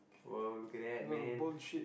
!wow! look at that man